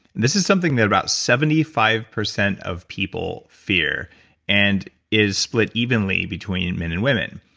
this is something that about seventy five percent of people fear and is split evenly between men and women.